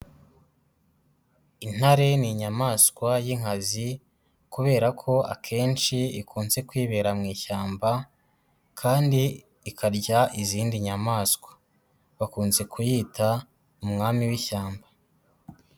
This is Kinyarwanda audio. Intare ni inyamaswa y'inkazi kubera ko akenshi ikunze kwibera mu ishyamba kandi ikarya izindi nyamaswa, bakunze kuyita umwami w'ishyamba.